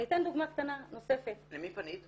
אני אתן דוגמה קטנה נוספת --- למי פנית?